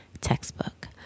textbook